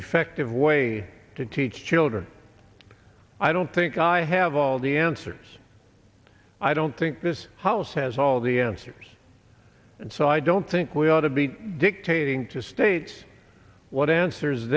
effective way to teach children i don't think i have all the answers i don't think this house has all the answers and so i don't think we ought to be dictating to states what answers